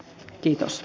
kiitos